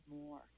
more